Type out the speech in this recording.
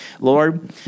Lord